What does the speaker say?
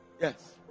yes